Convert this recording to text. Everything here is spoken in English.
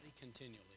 continually